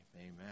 Amen